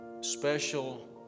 special